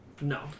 No